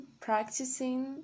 practicing